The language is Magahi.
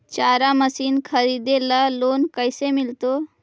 चारा मशिन खरीदे ल लोन कैसे मिलतै?